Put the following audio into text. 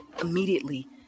Immediately